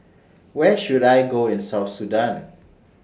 Where should I Go in South Sudan